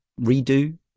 redo